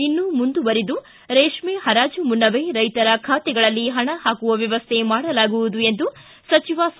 ಇನ್ನು ಮುಂದುವರಿದು ರೇಷ್ಮೆ ಪರಾಜು ಮುನ್ನವೇ ರೈತರ ಖಾತೆಗಳಲ್ಲಿ ಪಣ ಹಾಕುವ ವ್ಯವಸ್ಥೆ ಮಾಡಲಾಗುವುದು ಎಂದು ಸಚಿವ ಸಾ